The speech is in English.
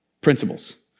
principles